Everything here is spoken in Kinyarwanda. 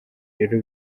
rero